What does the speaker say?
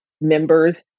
members